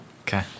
Okay